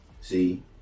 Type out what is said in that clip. See